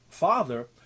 father